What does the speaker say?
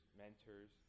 mentors